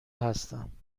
هستم